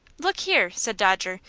look here, said dodger,